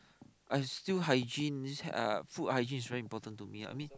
I still hygiene uh food hygiene is very important to me I mean